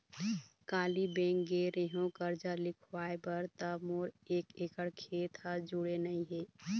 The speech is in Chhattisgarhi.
काली बेंक गे रेहेव करजा लिखवाय बर त मोर एक एकड़ खेत ह जुड़े नइ हे